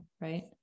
right